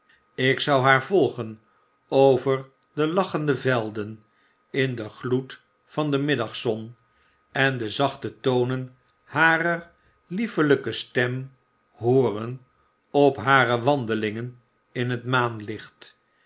ik zou haar volgen over de lachende velden in den gloed van de middagzon en de zachte tonen harer liefelijke stem hooren op hare wandelingen in het maanlicht